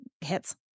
hits